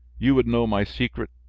you would know my secret,